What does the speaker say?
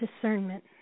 discernment